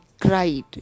cried